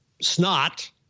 snot